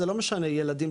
לא משנה ילדים,